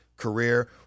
career